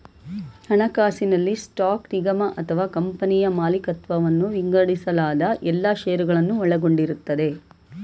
ಹಣಕಾಸಿನಲ್ಲಿ ಸ್ಟಾಕ್ ನಿಗಮ ಅಥವಾ ಕಂಪನಿಯ ಮಾಲಿಕತ್ವವನ್ನ ವಿಂಗಡಿಸಲಾದ ಎಲ್ಲಾ ಶೇರುಗಳನ್ನ ಒಳಗೊಂಡಿರುತ್ತೆ